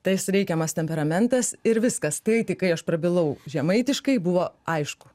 tai reikiamas temperamentas ir viskas tai tik kai aš prabilau žemaitiškai buvo aišku